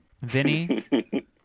vinny